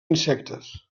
insectes